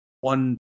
one